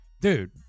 Dude